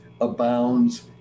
abounds